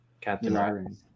captain